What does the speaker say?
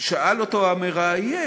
שאל אותו המראיין: